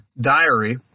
diary